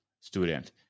student